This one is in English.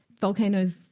Volcanoes